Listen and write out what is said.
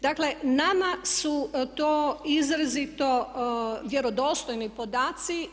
Dakle, nama su to izrazito vjerodostojni podaci.